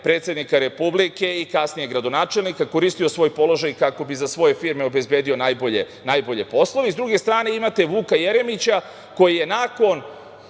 predsednika Republike i kasnije gradonačelnika kako bi za svoje firme obezbedio najbolje poslove. Sa druge strane, imate Vuka Jeremića koji je nakon